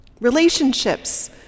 Relationships